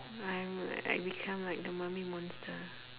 I'm I become like the mummy monster